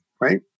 right